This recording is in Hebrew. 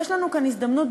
יש לנו כאן הזדמנות,